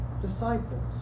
disciples